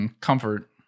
comfort